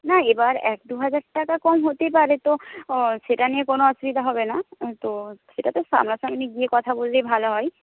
না এবার এক দুহাজার টাকা কম হতেই পারে তো সেটা নিয়ে কোনো অসুবিধা হবে না তো সেটা তো সামনাসামনি গিয়ে কথা বললেই ভালো হয়